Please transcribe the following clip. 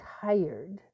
tired